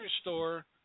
store